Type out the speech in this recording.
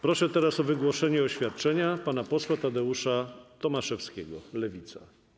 Proszę teraz o wygłoszenie oświadczenia pana posła Tadeusza Tomaszewskiego, Lewica.